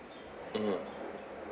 mmhmm